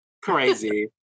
crazy